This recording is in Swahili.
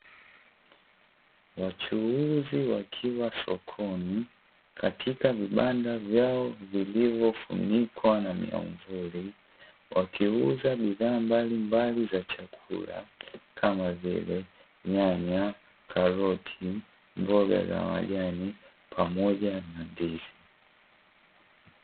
Wachuuzi wakiwa sokoni katika vibanda vyao vilivyofunikwa na miamvuli wakiuza bidhaa mbalimbali za chakula kamavile: nyanya, karoti, mboga za majani, pamoja na ndizi